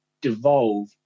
devolve